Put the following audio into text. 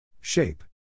Shape